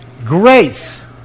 Grace